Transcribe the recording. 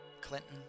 Clinton